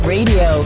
Radio